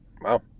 Wow